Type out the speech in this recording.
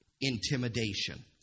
intimidation